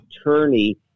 attorney